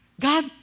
God